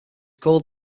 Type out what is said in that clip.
called